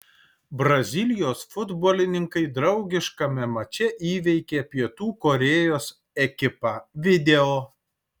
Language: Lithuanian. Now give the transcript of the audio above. brazilijos futbolininkai draugiškame mače įveikė pietų korėjos ekipą video